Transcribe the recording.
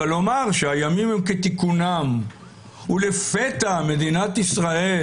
אבל לומר שהימים הם כתיקונם ולפתע מדינת ישראל